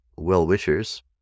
well-wishers